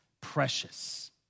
Precious